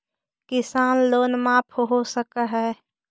किसान लोन माफ हो सक है?